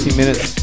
minutes